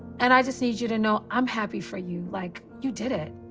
and i just need you to know i'm happy for you. like you did it.